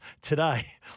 Today